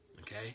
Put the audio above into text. Okay